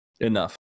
enough